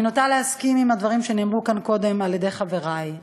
אני נוטה להסכים לדברים שנאמרו כאן קודם על-ידי חברי: